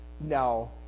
No